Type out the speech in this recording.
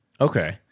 okay